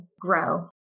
grow